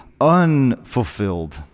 unfulfilled